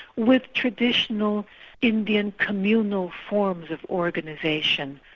with traditional indian communal forms of organisation,